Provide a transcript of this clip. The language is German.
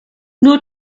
nur